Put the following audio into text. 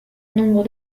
nombre